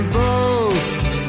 boast